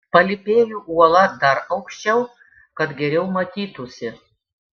palypėju uola dar aukščiau kad geriau matytųsi